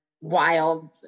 wild